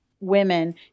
women